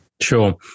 Sure